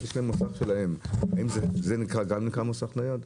יש להן מוסך שלהן, האם גם זה נקרא מוסך נייד?